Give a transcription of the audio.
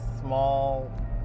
small